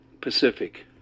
Pacific